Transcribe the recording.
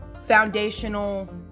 foundational